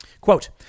Quote